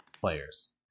players